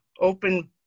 open